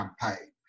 campaign